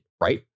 right